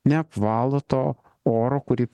neapvalo to oro kurį